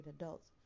adults